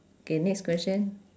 K next question